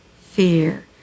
fear